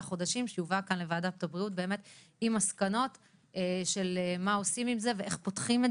חודשים שתובא לוועדת הבריאות עם מסקנות מה עושים עם זה ואיך פותחים את